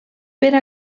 per